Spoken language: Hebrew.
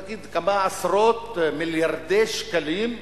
ונגיד כמה עשרות מיליארדי שקלים,